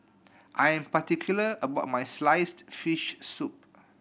I'm particular about my sliced fish soup